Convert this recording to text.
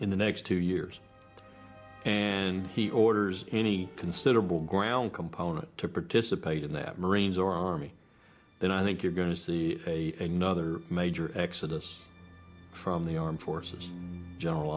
in the next two years and he orders any considerable ground component to participate in that marines or army then i think you're going to see a another major exodus from the armed forces general